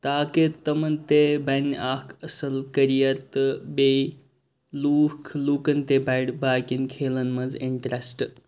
تاکہِ تِمَن تہِ بَنہِ اَکھ اَصٕل کٔریَر تہٕ بیٚیہِ لوٗکھ لوٗکَن تہِ بَڑِ باقِیَن کھیلَن منٛز اِنٹرٛسٹ